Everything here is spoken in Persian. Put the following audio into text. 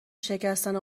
شکستن